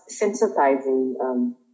sensitizing